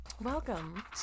Welcome